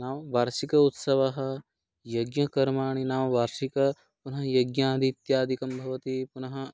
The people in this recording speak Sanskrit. नाम वार्षिक उत्सवः यज्ञकर्माणि नाम वार्षिकं पुनः यज्ञ इत्यादिकं भवति पुनः